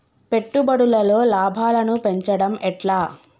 పెట్టుబడులలో లాభాలను పెంచడం ఎట్లా?